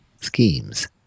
schemes